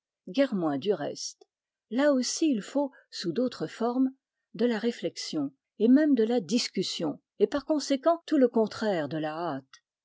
guère moins du reste là aussi il faut sous d'autres formes de la réflexion et même de la discussion et par conséquent tout le contraire de la hâte